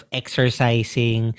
exercising